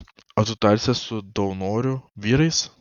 ar tu tarsies su daunorių vyrais